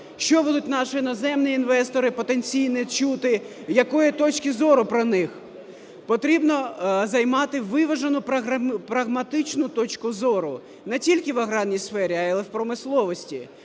Що будуть наші іноземні інвестори потенційні чути і якої точки зору про них. Потрібно займати виважену прагматичну точку зору не тільки в аграрній сфері, але й в промисловості.